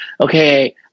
okay